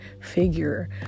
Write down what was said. figure